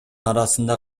арасында